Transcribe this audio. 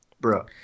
bro